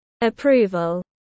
approval